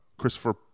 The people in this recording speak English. Christopher